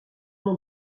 nom